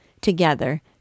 Together